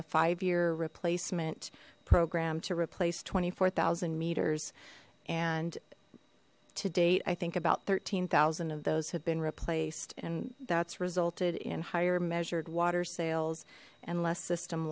a five year replacement program to replace twenty four thousand meters and to date i think about thirteen thousand of those have been replaced and that's resulted in higher measured water sales and less system